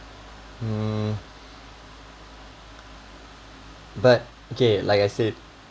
mm but okay like I said